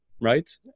right